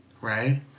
right